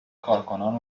کارکنان